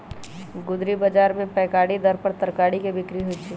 गुदरी बजार में पैकारी दर पर तरकारी के बिक्रि होइ छइ